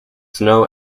snow